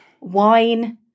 wine